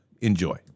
Enjoy